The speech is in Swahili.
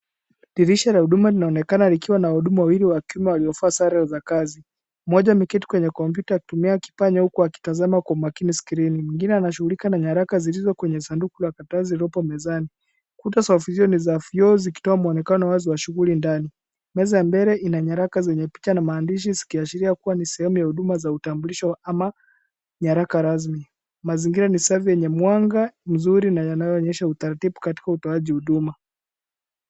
Dirisha la huduma linaoeneka likiwa na wahudumu wawili wa kiume waliovaa sare za kazi. Mmoja ameketi kwenye kompyuta akitumia kipanya huku akitazama kwa makini skrini. Mwingine anashughulika na nyaraka zilizo kwenye sanduku la karatasi lililopo mezani. Kuta za ofisi ni za vioo zikitoa mwonekano wazi wa shughuli ndani. Meza mbele ina nyaraka zenye picha na maandishi zikiashiria kuwa ni sehemu ya huduma za utambulisho ama nyaraka rasmi. Mazingira ni safi yenye mwanga mzuri na yanayoonyesha utaratibu katika utoaji huduma.